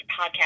podcast